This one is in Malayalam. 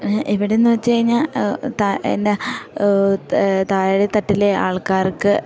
ഇവിടെ എന്ന് വെച്ച് കഴിഞ്ഞാൽ താ എന്ന താഴെ തട്ടിലെ ആൾക്കാർക്ക്